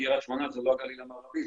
קרית שמונה זה לא הגליל המערבי,